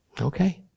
Okay